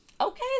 okay